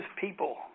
people